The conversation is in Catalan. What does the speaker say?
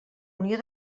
unió